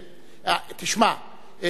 תשמע,